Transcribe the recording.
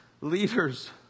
leaders